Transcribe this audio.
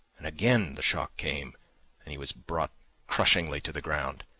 and again the shock came and he was brought crushingly to the ground.